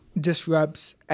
disrupts